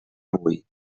avui